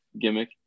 gimmick